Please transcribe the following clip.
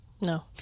No